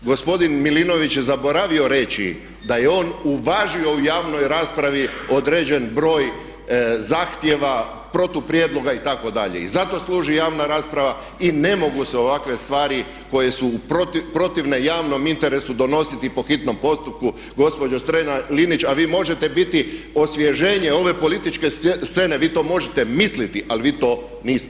Gospodin Milinović je zaboravio reći da je on uvažio u javnoj raspravi određen broj zahtjeva, protuprijedloga itd., itd. i zato služi javna rasprava i ne mogu se ovakve stvari koje su u protivne javnom interesu donositi po hitnom postupku gospođo Strenja-Linić a vi možete biti osvježenje ove političke scene, vi to možete misliti ali vi to niste.